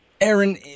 Aaron